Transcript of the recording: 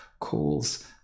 calls